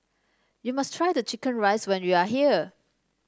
you must try the chicken rice when you are here